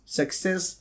success